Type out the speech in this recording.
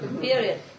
period